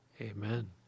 Amen